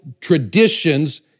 traditions